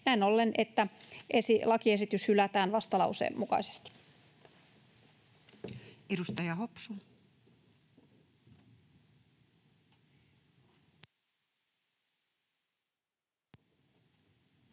Näin ollen esitän, että lakiesitys hylätään vastalauseen mukaisesti. [Speech 224]